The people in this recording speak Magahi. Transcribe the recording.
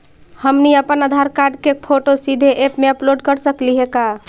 हमनी अप्पन आधार कार्ड के फोटो सीधे ऐप में अपलोड कर सकली हे का?